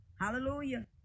hallelujah